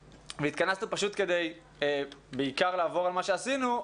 התכנסנו פשוט כדי בעיקר לעבור על מה שעשינו,